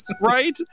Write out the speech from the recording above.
right